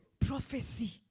Prophecy